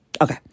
Okay